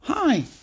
Hi